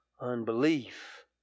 unbelief